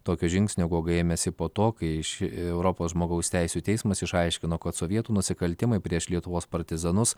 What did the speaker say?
tokio žingsnio guoga ėmėsi po to kai ši europos žmogaus teisių teismas išaiškino sovietų nusikaltimai prieš lietuvos partizanus